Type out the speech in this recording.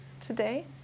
today